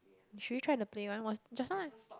should we try to play one was just now